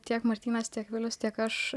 tiek martynas tiek vilius tiek aš